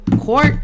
Court